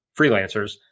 freelancers